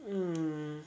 mm